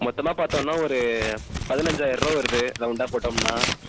மொத்தமாக பார்த்தோனா ஒரு பதினைஞ்சாயிரம் ரூபாய் வருது ரவுண்டாக போட்டோம்னா